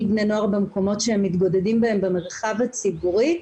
בני נוער במקומות שהם מתגודדים בהם במרחב הציבורי.